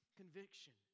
conviction